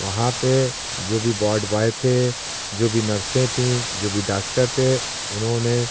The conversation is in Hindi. वहाँ पे जो भी वार्ड बॉय थे जो भी नर्सें थी जो भी डाक्टर थे उन्होंने